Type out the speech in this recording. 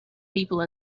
people